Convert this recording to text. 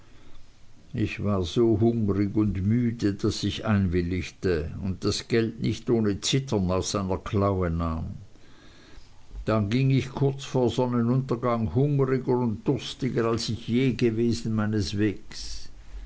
ich war so hungrig und müde daß ich einwilligte und das geld nicht ohne zittern aus seiner klaue nahm dann ging ich kurz vor sonnenuntergang hungriger und durstiger als ich je gewesen meines weges